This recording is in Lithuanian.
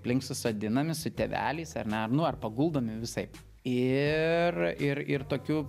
aplink susodinami su tėveliais ar ne nu ar paguldomi visaip ir ir ir tokių